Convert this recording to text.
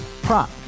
Prop